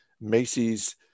Macy's